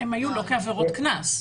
הן היו, לא כעבירות קנס.